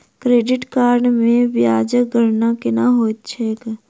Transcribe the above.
credit card मे ब्याजक गणना केना होइत छैक